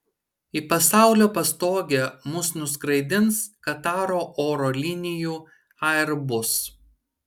į pasaulio pastogę mus nuskraidins kataro oro linijų airbus